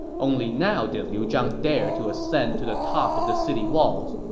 only now did liu zhang dare to ascend to the top of the city walls,